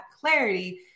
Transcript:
clarity